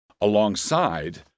alongside